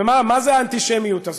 ומה זה האנטישמיות הזאת,